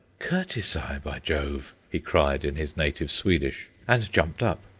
curtisi, by jove! he cried, in his native swedish, and jumped up.